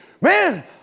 man